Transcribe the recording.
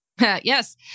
Yes